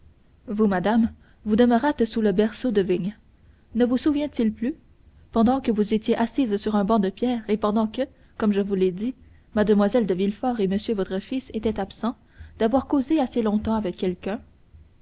vous madame vous demeurâtes sous le berceau de vigne ne vous souvient-il plus pendant que vous étiez assise sur un banc de pierre et pendant que comme je vous l'ai dit mlle de villefort et monsieur votre fils étaient absents d'avoir causé assez longtemps avec quelqu'un